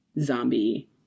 zombie